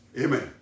Amen